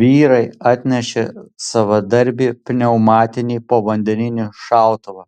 vyrai atnešė savadarbį pneumatinį povandeninį šautuvą